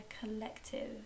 collective